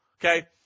okay